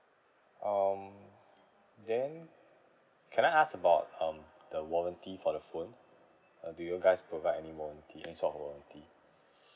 um then can I ask about um the warranty for the phone uh do you guys provide any warranty any sort of warranty